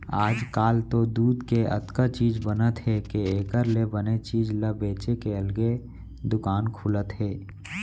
आजकाल तो दूद के अतका चीज बनत हे के एकर ले बने चीज ल बेचे के अलगे दुकान खुलत हे